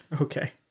Okay